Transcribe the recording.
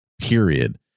Period